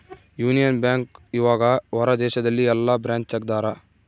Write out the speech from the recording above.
Union Bank ಇವಗ ಹೊರ ದೇಶದಲ್ಲಿ ಯೆಲ್ಲ ಬ್ರಾಂಚ್ ತೆಗ್ದಾರ